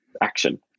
action